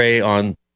On